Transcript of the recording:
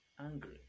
angry